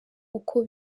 uko